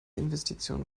investition